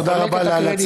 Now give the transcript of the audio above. תודה רבה לצוות.